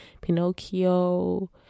pinocchio